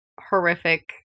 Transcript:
horrific